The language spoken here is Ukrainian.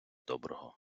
доброго